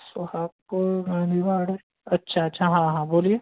सोहागपुर हरिवाड़ अच्छा अच्छा हाँ हाँ बोलिए